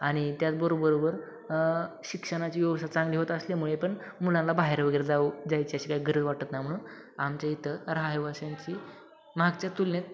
आणि त्याचबरोबर शिक्षणाची व्यवस्था चांगली होत असल्यामुळे पण मुलांला बाहेर वगैरे जाऊ जायची अशी काय गरज वाटत नाही म्हणून आमच्या इथं रहिवाशांची मागच्या तुलनेत